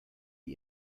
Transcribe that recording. die